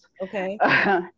Okay